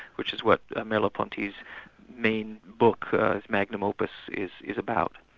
which is what ah merleau-ponty's main book, his magnum opus is is about.